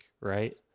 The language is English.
right